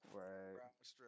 right